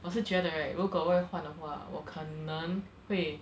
我是觉得 right 如果我会换的话我可能会